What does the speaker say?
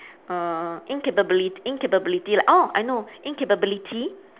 err incapabili~ incapability oh I know incapability